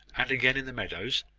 and again in the meadows.